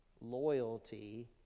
loyalty